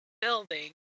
building